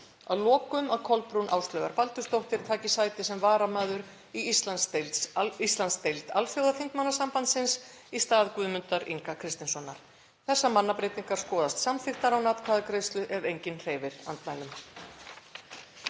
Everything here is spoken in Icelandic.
Að lokum að Kolbrún Áslaugar Baldursdóttir taki sæti sem varamaður í Íslandsdeild Alþjóðaþingmannasambandsins í stað Guðmundar Inga Kristinssonar. Þessar mannabreytingar skoðast samþykktar án atkvæðagreiðslu ef enginn hreyfir andmælum.